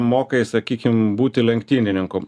mokai sakykim būti lenktynininku